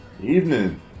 Evening